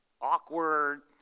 awkward